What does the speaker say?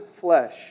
flesh